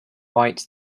white